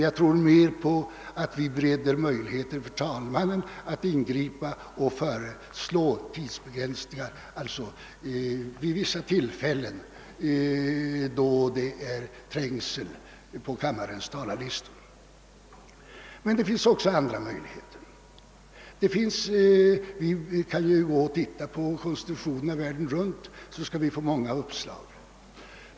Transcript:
Jag tror mer på utvägen att bereda möjligheter för talmannen att ingripa med förslag om tidsbegränsningar vid vissa tillfällen när det är trängsel på kammarens talarlista. Men det finns också andra möjligheter. Om vi ser på de konstitutioner som finns ute i världen får vi många uppslag.